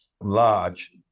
large